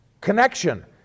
connection